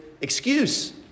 excuse